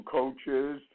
coaches